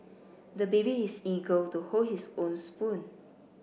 the baby is eager to hold his own spoon